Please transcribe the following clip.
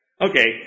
Okay